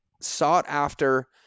sought-after